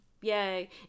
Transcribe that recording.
Yay